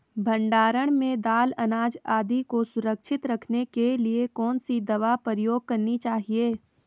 भण्डारण में दाल अनाज आदि को सुरक्षित रखने के लिए कौन सी दवा प्रयोग करनी चाहिए?